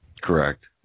Correct